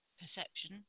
perception